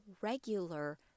regular